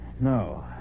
No